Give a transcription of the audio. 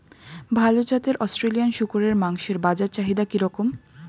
ভাল জাতের অস্ট্রেলিয়ান শূকরের মাংসের বাজার চাহিদা কি রকম?